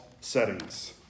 settings